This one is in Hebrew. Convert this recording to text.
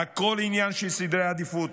הכול עניין של סדר עדיפויות.